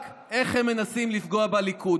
רק איך הם מנסים לפגוע בליכוד.